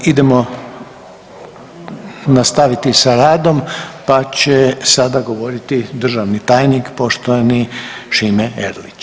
Idemo nastaviti s radom, pa će sada govoriti državni tajnik poštovani Šime Erlić.